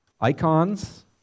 icons